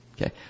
Okay